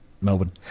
Melbourne